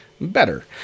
better